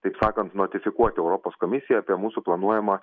taip sakant notifikuoti europos komisiją apie mūsų planuojamą